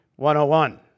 101